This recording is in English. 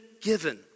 given